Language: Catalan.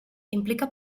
implica